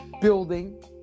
building